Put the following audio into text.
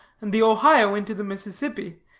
and the ohio into the mississippi,